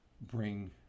bring